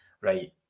right